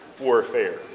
warfare